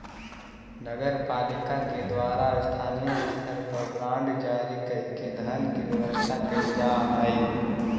नगर पालिका के द्वारा स्थानीय स्तर पर बांड जारी कईके धन के व्यवस्था कैल जा हई